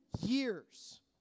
years